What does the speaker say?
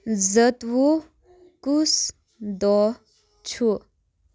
زٕتوُہ کُس دۄہ چھُ ؟